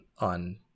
on